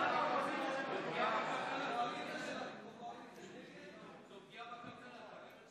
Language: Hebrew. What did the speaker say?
ההצעה להעביר לוועדה את הצעת חוק התפזרות הכנסת